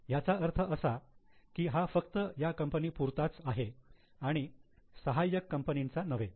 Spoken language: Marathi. याचा अर्थ असा की हा फक्त या कंपनी पुरताच आहे आणि सहाय्यक कंपनीचा नव्हे